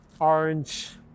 orange